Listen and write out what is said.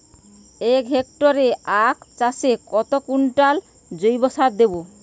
এক হেক্টরে আখ চাষে কত কুইন্টাল জৈবসার দেবো?